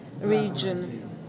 region